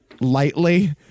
lightly